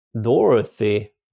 Dorothy